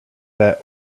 that